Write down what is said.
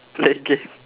play game